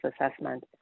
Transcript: assessment